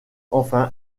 enfin